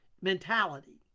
mentality